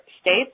states